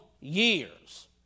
years